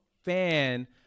fan